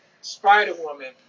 Spider-Woman